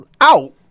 out